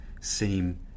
seem